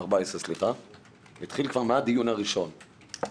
התחיל כבר מהדיון הראשון.